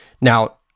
Now